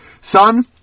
Son